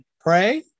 pray